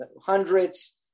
hundreds